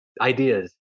ideas